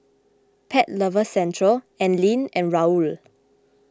Pet Lovers Centre Anlene and Raoul